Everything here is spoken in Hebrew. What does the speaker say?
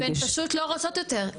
והן פשוט לא רוצות יותר,